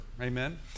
amen